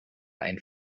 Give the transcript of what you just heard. ein